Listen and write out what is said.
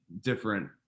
different